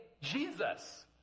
Jesus